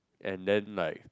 and then like